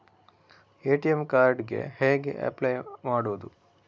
ATM card ಗೆ ಹೇಗೆ apply ಮಾಡುವುದು?